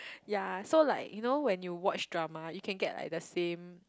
ya so like you know when you watch drama you can get like the same